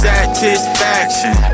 Satisfaction